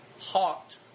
hawked